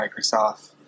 Microsoft